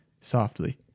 softly